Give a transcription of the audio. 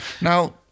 Now